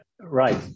Right